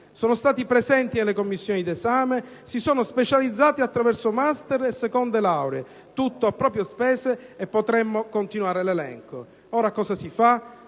sono stati presenti nelle commissioni d'esame, si sono specializzati attraverso *master* e seconde lauree, tutto a proprie spese, e potremmo continuare l'elenco. Ora cosa si fa?